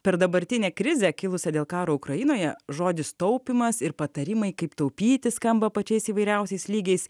per dabartinę krizę kilusią dėl karo ukrainoje žodis taupymas ir patarimai kaip taupyti skamba pačiais įvairiausiais lygiais